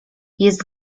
jest